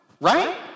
right